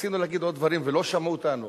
רצינו להגיד עוד דברים ולא שמעו אותנו.